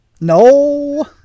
No